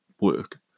work